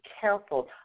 careful